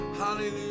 Hallelujah